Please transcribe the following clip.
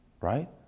right